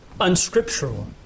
unscriptural